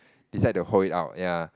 decide to hold it out ya